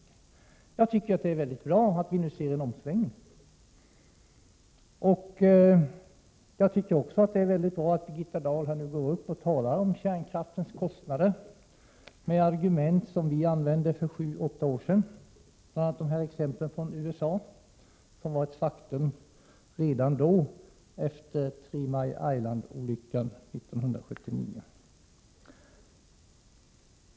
Jag tycker att det är väldigt bra att vi nu ser en omsvängning. Jag tycker också att det är väldigt bra att Birgitta Dahl nu talar om kärnkraftens kostnader med argument som vi använde för sju åtta år sedan, bl.a. exemplen från USA, som var ett faktum efter olyckan på Three Mile Island 1979.